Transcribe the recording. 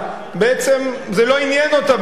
בעצם זה לא עניין אותה בכלל,